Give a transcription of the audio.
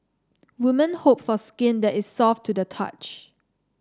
women hope for skin that is soft to the touch